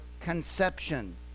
conception